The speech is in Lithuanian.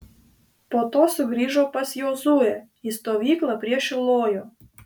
po to sugrįžo pas jozuę į stovyklą prie šilojo